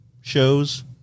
shows